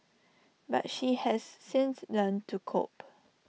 but she has since learnt to cope